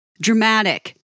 dramatic